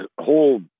whole